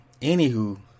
Anywho